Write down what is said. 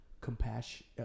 compassion